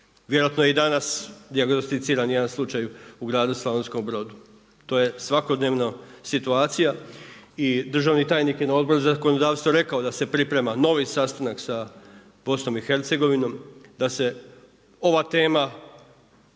Vjerojatno je i danas dijagnosticiran jedan slučaj u gradu Slavonskom Brodu, to je svakodnevna situacija. I državni tajnik je na Odboru za zakonodavstvo rekao da se priprema novi sastanak sa Bosnom i Hercegovinom da se ova tema